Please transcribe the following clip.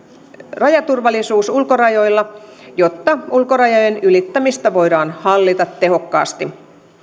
rajaturvallisuus ulkorajoilla jotta ulkorajojen ylittämistä voidaan hallita tehokkaasti